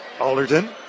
Alderton